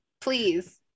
Please